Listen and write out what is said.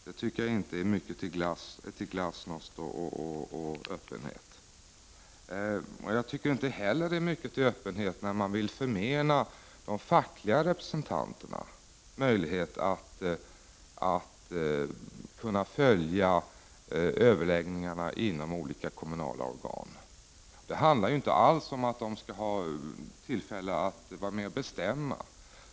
Det är inte mycket till glasnost och öppenhet. Jag tycker inte heller att det är mycket till öppenhet när man vill förmena de fackliga representanterna möjligheten att följa överläggningarna inom olika kommunala organ. Det handlar ju inte alls om att de skall ha tillfälle att vara med och bestämma.